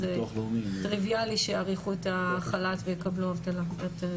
שזה טריוויאלי שיאריכו את החל"ת ויקבלו אבטלה.